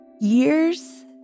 years